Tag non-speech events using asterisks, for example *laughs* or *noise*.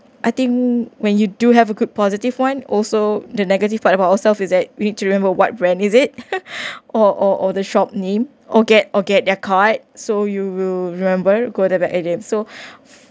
I think when you do have a good positive one also the negative part about yourself is that we need to remember what brand is it *laughs* or or or the shop name or get or get their card so you will remember go to back at them so